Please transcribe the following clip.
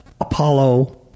Apollo